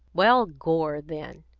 well, gore, then,